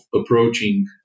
approaching